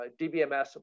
DBMS